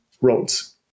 roles